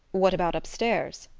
what about upstairs?